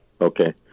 Okay